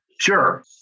Sure